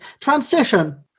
transition